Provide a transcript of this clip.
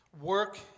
work